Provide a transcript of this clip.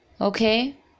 okay